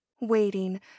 waiting